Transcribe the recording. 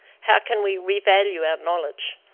how can we revalue our knowledge,